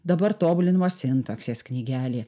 dabar tobulinama sintaksės knygelė